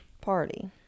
party